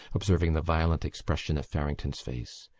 observing the violent expression of farrington's face.